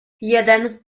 jeden